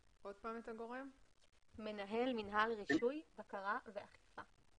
הגורם הממונה הוא מנהל מינהל רישוי, בקרה ואכיפה.